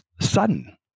sudden